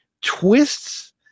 twists